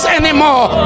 anymore